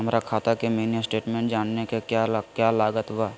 हमरा खाता के मिनी स्टेटमेंट जानने के क्या क्या लागत बा?